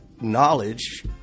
knowledge—